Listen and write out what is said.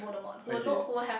okay